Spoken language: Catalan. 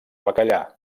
bacallà